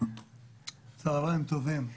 צהריים טובים.